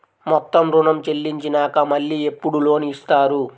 మొత్తం ఋణం చెల్లించినాక మళ్ళీ ఎప్పుడు లోన్ ఇస్తారు?